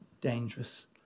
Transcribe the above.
dangerous